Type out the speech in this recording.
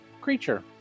creature